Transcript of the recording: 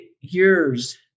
years